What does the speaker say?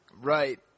Right